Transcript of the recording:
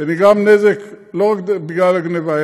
ונגרם נזק לא רק בגלל הגנבה,